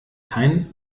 kein